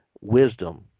wisdom